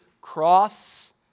cross